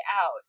out